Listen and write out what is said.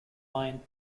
lane